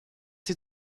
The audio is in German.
sie